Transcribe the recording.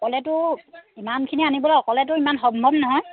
অকলেতো ইমানখিনি আনিবলৈ অকলেতো ইমান সম্ভৱ নহয়